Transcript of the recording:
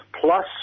Plus